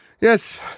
Yes